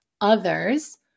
others